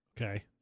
Okay